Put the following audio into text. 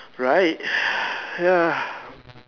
right ya